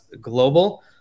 Global